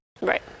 Right